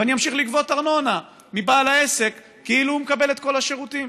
ואני אמשיך לגבות ארנונה מבעל העסק כאילו הוא מקבל את כל השירותים.